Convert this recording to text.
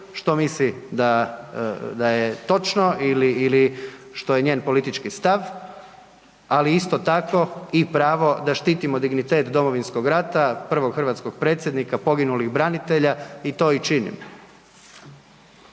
što misli da je točno ili što je njen politički stav, ali isto tako i pravo da štitimo dignitet Domovinskog rata, prvog hrvatskog Predsjednika, poginulih branitelja i to i činim.